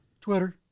Twitter